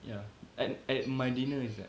ya and and my dinner is like